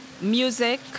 music